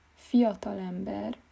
Fiatalember